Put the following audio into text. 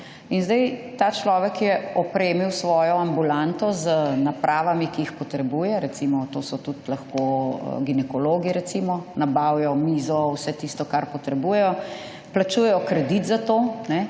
In zdaj, ta človek je opremil svojo ambulanto z napravami, ki jih potrebuje, recimo, to so tudi lahko ginekologi recimo, nabavijo mizo, vse tisto, kar potrebujejo, plačujejo kredit za to, in